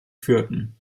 führten